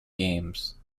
games